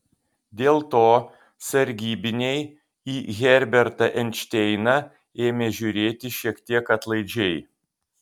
dėl to sargybiniai į herbertą einšteiną ėmė žiūrėti šiek tiek atlaidžiai